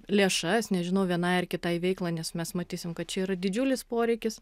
lėšas nežinau vienai ar kitai veiklai nes mes matysim kad čia yra didžiulis poreikis